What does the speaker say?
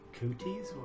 Cooties